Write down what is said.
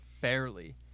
barely